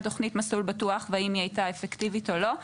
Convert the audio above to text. תוכנית ׳מסלול בטוח׳ ואם היא הייתה אפקטיבית או לא.